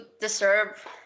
deserve